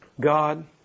God